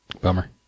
Bummer